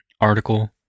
article